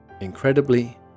incredibly